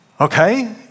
Okay